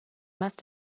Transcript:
must